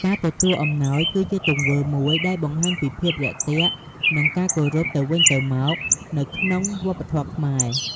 ការទទួលអំណោយគឺជាទង្វើមួយដែលបង្ហាញពីភាពរាក់ទាក់ និងការគោរពទៅវិញទៅមកនៅក្នុងវប្បធម៌ខ្មែរ។